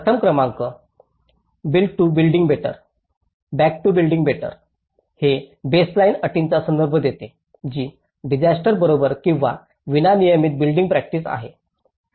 प्रथम क्रमांक back to building better हे बेसलाइन अटींचा संदर्भ देते जी डिसास्टर बरोबर किंवा विना नियमित बिल्डिंग प्रॅक्टिस आहे